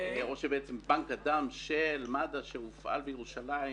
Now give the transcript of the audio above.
או בנק הדם של מד"א שהופעל בירושלים,